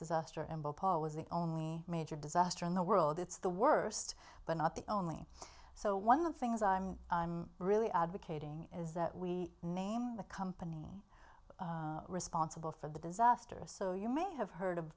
paul was the only major disaster in the world it's the worst but not the only so one of the things i'm really advocating is that we named the company responsible for the disaster so you may have heard of